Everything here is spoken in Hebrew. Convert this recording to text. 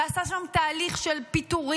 ועשה שם תהליך של פיטורים,